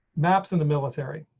maps in the military.